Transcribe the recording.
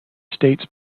states